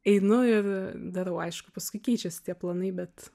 einu ir darau aišku paskui keičiasi tie planai bet